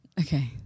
Okay